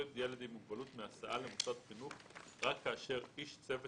עם מוגבלות מהסעה למוסד חינוך רק כאשר איש צוות